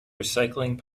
recycling